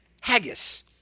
haggis